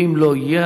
ואם הוא לא יהיה,